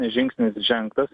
žingsnis žengtas